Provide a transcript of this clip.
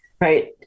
Right